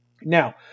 Now